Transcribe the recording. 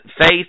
faith